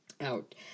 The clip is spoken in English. out